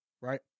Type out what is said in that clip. right